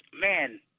man